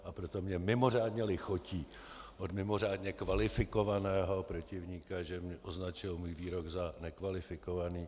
A proto mně mimořádně lichotí od mimořádně kvalifikovaného protivníka, že označil můj výrok za nekvalifikovaný.